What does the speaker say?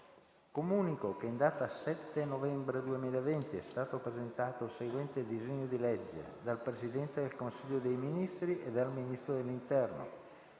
Comunico che in data 7 novembre 2020 è stato presentato il seguente disegno di legge: *dal Presidente del Consiglio dei ministri e dal Ministro dell'interno*: